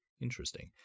Interesting